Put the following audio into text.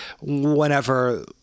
whenever